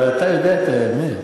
אבל אתה יודע את האמת.